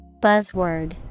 Buzzword